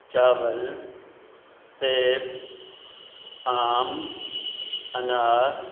چاول سیب آم انار